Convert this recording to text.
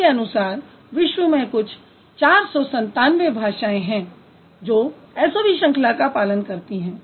उनके अनुसार विश्व में कुछ 497 भाषाएँ हैं जो SOV श्रंखला का पालन करती हैं